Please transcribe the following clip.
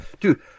Dude